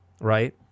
right